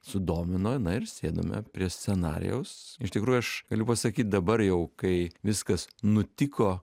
sudomino na ir sėdome prie scenarijaus iš tikrųjų aš galiu pasakyt dabar jau kai viskas nutiko